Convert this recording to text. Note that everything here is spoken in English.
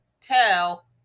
tell